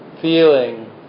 feeling